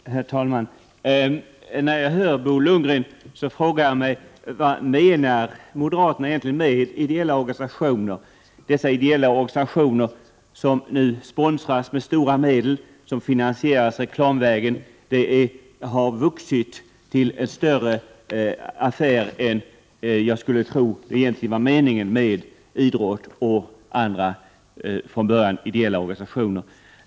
Herr talman! När jag hör Bo Lundgren frågar jag mig vad moderaterna egentligen menar med ideella organisationer, dessa ideella organisationer som nu sponsras med stora medel och som finansieras reklamvägen. Detta har vuxit till en större affär än jag skulle tro egentligen var meningen med idrott och andra, från början ideella organisationer.